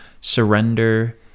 surrender